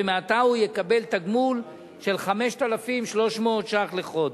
ומעתה הוא יקבל תגמול של 5,300 ש"ח לחודש.